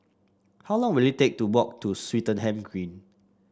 how long will it take to walk to Swettenham Green